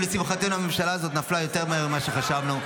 לשמחתנו הממשלה הזאת נפלה יותר מהר ממה שחשבנו.